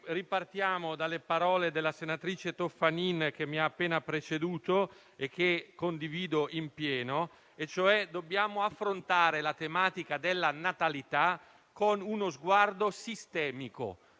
ripartire dalle parole della senatrice Toffanin, che mi ha appena preceduto e che condivido in pieno, e cioè che dobbiamo affrontare la tematica della natalità con uno sguardo sistemico,